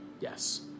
yes